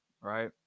right